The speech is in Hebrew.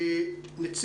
המשלבים.